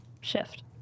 shift